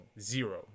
zero